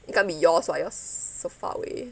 it can't be yours [what] yours so far away